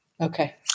Okay